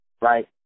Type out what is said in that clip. Right